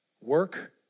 Work